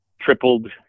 tripled